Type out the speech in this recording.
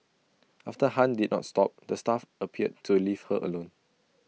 after han did not stop the staff appeared to leave her alone